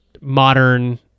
modern